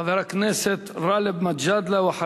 חבר הכנסת גאלב מג'אדלה,